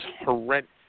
horrendous